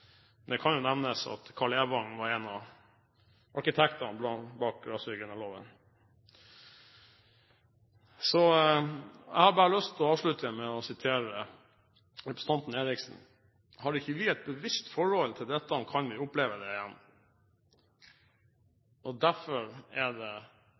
det kan nevnes at Karl Evang var en av arkitektene bak rasehygieneloven. Jeg har bare lyst til å avslutte med å sitere representanten Eriksen: «Har vi ikke et bevisst forhold til dette, kan det skje igjen.» Derfor er det